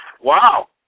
Wow